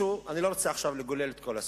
אני לא רוצה עכשיו לגולל את כל הסיפור.